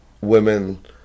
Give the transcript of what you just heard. women